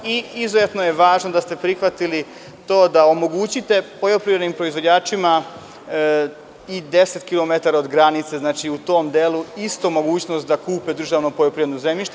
Izuzetno je važno da ste prihvatili to da omogućite poljoprivrednim proizvođačima i deset kilometara od granice, znači, u tom delu isto mogućnost da kupe državno poljoprivredno zemljište.